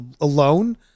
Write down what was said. alone